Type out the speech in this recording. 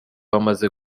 bamaze